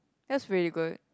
that's really good